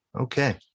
Okay